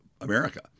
America